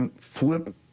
flip